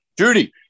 Judy